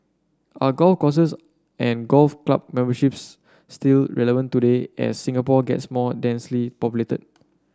are golf courses and golf club memberships still relevant today as Singapore gets more densely populated